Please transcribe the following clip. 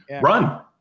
Run